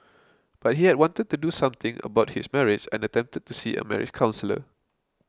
but he had wanted to do something about his marriage and attempted to see a marriage counsellor